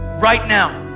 right now.